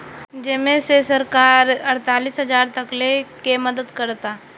जेमे से सरकार अड़तालीस हजार तकले के मदद करता